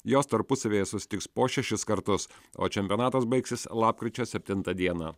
jos tarpusavyje susitiks po šešis kartus o čempionatas baigsis lapkričio septintą dieną